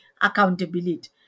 accountability